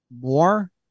more